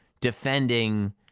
defending